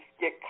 get